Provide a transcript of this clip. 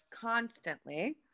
constantly